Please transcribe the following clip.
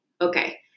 Okay